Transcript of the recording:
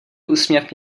úsměv